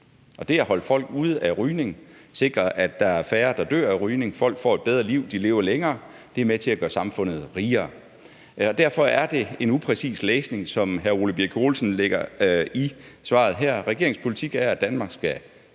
er at holde folk ude af rygning og sikre, at der er færre, der dør af rygning, at folk får et bedre liv, og at de lever længere. Det er med til at gøre samfundet rigere. Derfor er det en upræcis læsning, som hr. Ole Birk Olesen foretager af svaret her. Regeringens politik er, at Danmark skal være